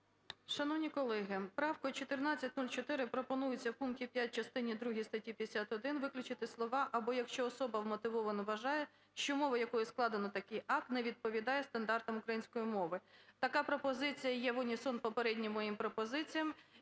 Шановні колеги, правкою 1404 пропонується в пункті 5 частини другої статті 51 виключити слова "або якщо особа вмотивовано вважає, що мова, якою складено такий акт, не відповідає стандартам української мови". Така пропозиція є в унісон попереднім моїм пропозиціям.